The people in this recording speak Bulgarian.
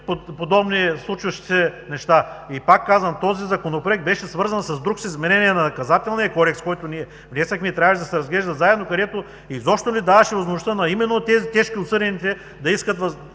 подобни случващи се неща? Пак казвам, този Законопроект беше свързан с друг – с изменение на Наказателния кодекс, който ние внесохме, и трябваше да се разглеждат заедно, където изобщо не даваше възможността на именно тези, тежко осъдените, да искат правото да